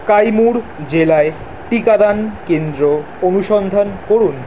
কাইমুড় জেলায় টিকাদান কেন্দ্র অনুসন্ধান করুন